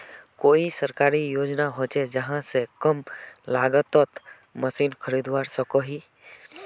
कोई सरकारी योजना होचे जहा से कम लागत तोत मशीन खरीदवार सकोहो ही?